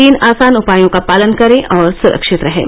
तीन आसान उपायों का पालन करें और सुरक्षित रहें